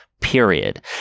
period